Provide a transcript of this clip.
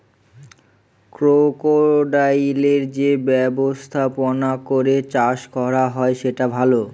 ক্রোকোডাইলের যে ব্যবস্থাপনা করে চাষ করা হয় সেটা ভালো